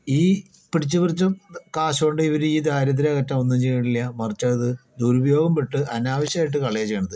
ഈ പിടിച്ചു പറിച്ചും കാശുകൊണ്ടിവർ ഈ ദാരിദ്ര്യം അകറ്റാൻ ഒന്നും ചെയ്യുന്നില്ല മറിച്ച് അത് ദുരുപയോഗം പെട്ട് അനാവശ്യമായിട്ട് കളയുകയാണ് ചെയ്യണത്